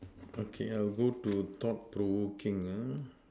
okay I will go to thought provoking ah